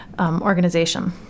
organization